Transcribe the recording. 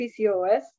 PCOS